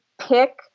pick